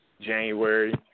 January